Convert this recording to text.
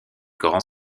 grand